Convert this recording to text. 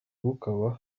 rukaba